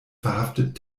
verhaftet